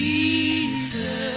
Jesus